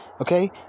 Okay